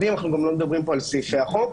אנחנו לא מדברים פה על סעיפי החוק.